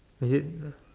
is it